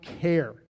care